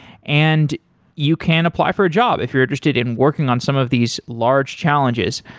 and you can apply for a job if you're interested in working on some of these large challenges.